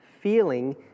feeling